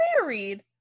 married